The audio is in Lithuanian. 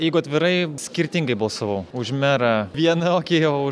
jeigu atvirai skirtingai balsavau už merą vieną okį o